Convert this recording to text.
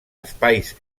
espais